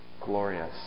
glorious